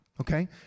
Okay